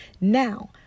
Now